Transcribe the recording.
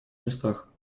местах